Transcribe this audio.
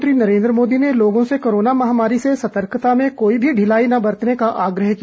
प्रधानमंत्री नरेन्द्र मोदी ने लोगों से कोरोना महामारी से सतर्कता में कोई भी ढिलाई न बरतने का आग्रह किया